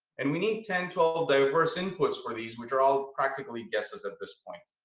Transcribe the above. and we need ten, twelve diverse inputs for these, which are all practically guesses at this point.